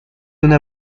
una